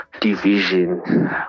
division